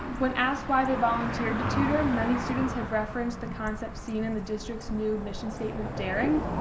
when asked why they volunteered to tutor, many students have referenced the concepts seen in the district's new mission statement daring.